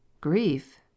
grief